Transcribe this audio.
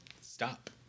Stop